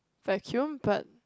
vacuum but